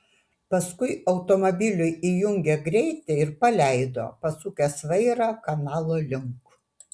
paskui automobiliui įjungė greitį ir paleido pasukęs vairą kanalo link